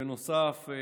בנוסף,